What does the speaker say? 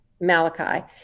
Malachi